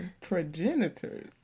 progenitors